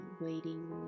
waiting